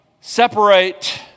separate